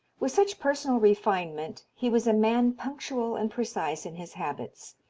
with such personal refinement he was a man punctual and precise in his habits.